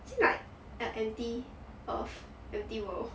is it like a empty earth empty world